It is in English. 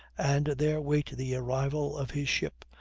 and there wait the arrival of his ship,